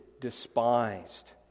despised